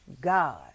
God